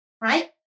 right